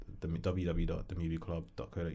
www.themovieclub.co.uk